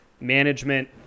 management